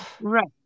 Right